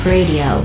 Radio